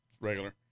regular